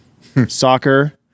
soccer